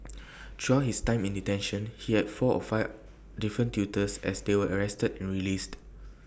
throughout his time in detention he had four or five different tutors as they were arrested and released